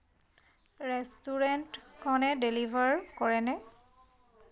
ৰেষ্টুৰেণ্টখনে deliver কৰেনে